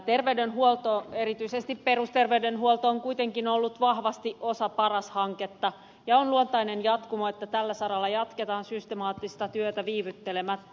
terveydenhuolto erityisesti perusterveydenhuolto on kuitenkin ollut vahvasti osa paras hanketta ja on luontainen jatkumo että tällä saralla jatketaan systemaattista työtä viivyttelemättä